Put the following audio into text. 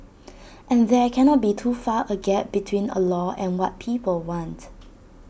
and there cannot be too far A gap between A law and what people want